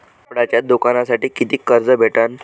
कापडाच्या दुकानासाठी कितीक कर्ज भेटन?